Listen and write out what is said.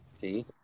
See